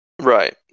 right